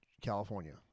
California